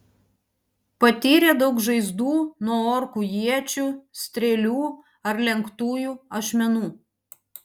patyrė daug žaizdų nuo orkų iečių strėlių ar lenktųjų ašmenų